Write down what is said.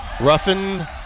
Ruffin